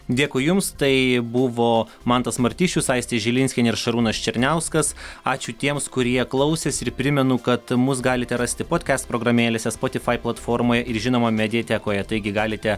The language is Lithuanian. dėkui jums tai buvo mantas martišius aistė žilinskienė ir šarūnas černiauskas ačiū tiems kurie klausėsi ir primenu kad mus galite rasti podkest programėlėse spotifai platformoje ir žinoma mediatekoje taigi galite